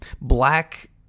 Black